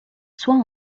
soit